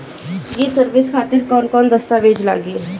ये सर्विस खातिर कौन कौन दस्तावेज लगी?